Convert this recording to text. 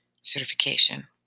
certification